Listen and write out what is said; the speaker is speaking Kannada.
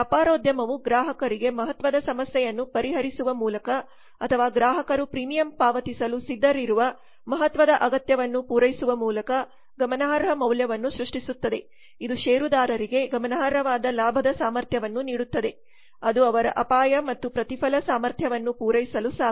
ವ್ಯಾಪಾರೋದ್ಯಮವು ಗ್ರಾಹಕರಿಗೆ ಮಹತ್ವದ ಸಮಸ್ಯೆಯನ್ನು ಪರಿಹರಿಸುವ ಮೂಲಕ ಅಥವಾ ಗ್ರಾಹಕರು ಪ್ರೀಮಿಯಂ ಪಾವತಿಸಲು ಸಿದ್ಧರಿರುವ ಮಹತ್ವದ ಅಗತ್ಯವನ್ನು ಪೂರೈಸುವ ಮೂಲಕ ಗಮನಾರ್ಹ ಮೌಲ್ಯವನ್ನು ಸೃಷ್ಟಿಸುತ್ತದೆ ಇದು ಷೇರುದಾರರಿಗೆ ಗಮನಾರ್ಹವಾದ ಲಾಭದ ಸಾಮರ್ಥ್ಯವನ್ನು ನೀಡುತ್ತದೆ ಅದು ಅವರ ಅಪಾಯ ಮತ್ತು ಪ್ರತಿಫಲ ಸಾಮರ್ಥ್ಯವನ್ನು ಪೂರೈಸಲು ಸಾಕು